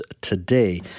today